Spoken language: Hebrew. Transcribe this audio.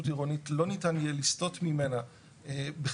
עירונית לא ניתן יהיה לסטות ממנה בכלל.